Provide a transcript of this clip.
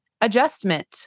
adjustment